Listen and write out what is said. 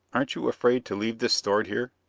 aren't you afraid to leave this stored here?